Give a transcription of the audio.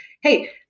hey